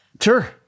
Sure